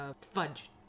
fudge